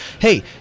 hey